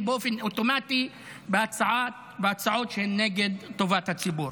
באופן אוטומטי בהצעות שהן נגד טובת הציבור.